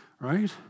right